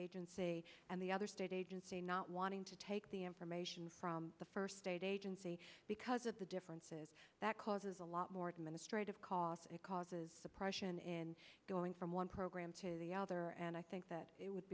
agency and the other state agency not wanting to take the information from the first aid agency because of the differences that causes a lot more administrate of costs it causes depression in going from one program to the other and i think that it would